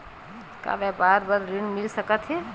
का व्यापार बर ऋण मिल सकथे?